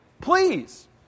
Please